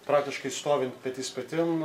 praktiškai stovint petys petin